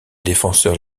défenseur